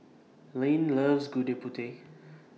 Lynne loves Gudeg Putih